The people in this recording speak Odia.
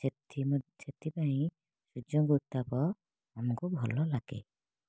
ସେଥିମଧ୍ୟ ସେଥିପାଇଁ ସୂର୍ଯ୍ୟଙ୍କ ଉତ୍ତାପ ଆମକୁ ଭଲ ଲାଗେ